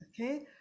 okay